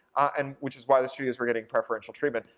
and which is why the studios were getting preferential treatment.